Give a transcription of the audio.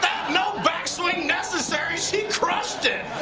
no backswing necessary. she crushed it!